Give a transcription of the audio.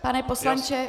Pane poslanče.